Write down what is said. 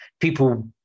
people